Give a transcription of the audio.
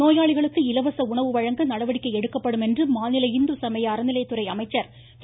நோயாளிகளுக்கு இலவச உணவு வழங்க நடவடிக்கை எடுக்கப்படும் என்று மாநில இந்துசமய அறநிலையத்துறை அமைச்சர் திரு